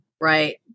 right